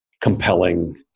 compelling